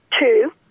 two